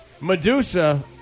Medusa